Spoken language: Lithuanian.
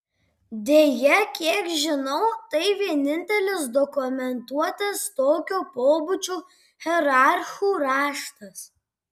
deja kiek žinau tai vienintelis dokumentuotas tokio pobūdžio hierarchų raštas